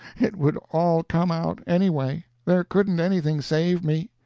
it would all come out, anyway there couldn't anything save me.